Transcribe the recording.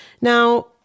Now